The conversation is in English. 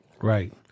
right